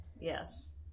Yes